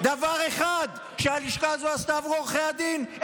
דבר אחד שהלשכה הזו עשתה עבור עורכי הדין?